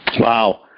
Wow